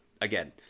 again